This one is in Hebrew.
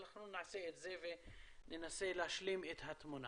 אנחנו נעשה את זה וננסה להשלים את התמונה.